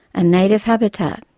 a native habitat',